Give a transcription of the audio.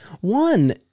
one